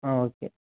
ആ ഓക്കേ